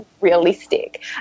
realistic